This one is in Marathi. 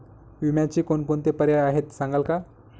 विम्याचे कोणकोणते पर्याय आहेत सांगाल का?